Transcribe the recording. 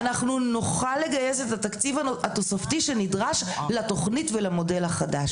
אנחנו נוכל לגייס את התקציב התוספתי שנדרש לתוכנית ולמודל החדש.